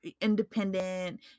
independent